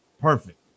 Perfect